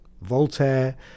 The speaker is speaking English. Voltaire